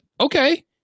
okay